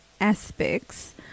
aspects